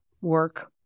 work